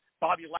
Bobby